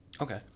Okay